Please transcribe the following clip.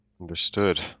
Understood